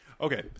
Okay